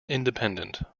independent